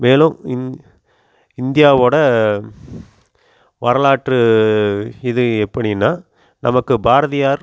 மேலும் இந் இந்தியாவோடய வரலாற்று இது எப்படின்னா நமக்கு பாரதியார்